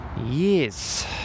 Yes